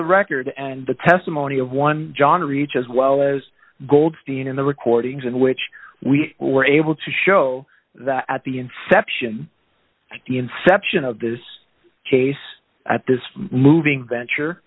the record and the testimony of one john reach as well as goldstein in the recordings in which we were able to show that at the inception of the inception of this case at this moving venture